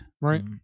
right